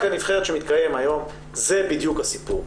הנבחרת שמתקיים היום זה בדיוק הסיפור.